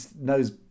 knows